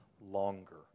longer